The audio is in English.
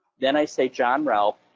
then i say, john ralph,